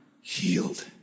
healed